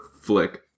flick